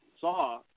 saw